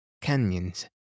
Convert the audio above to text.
canyons